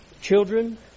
Children